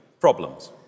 problems